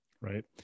Right